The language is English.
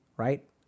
Right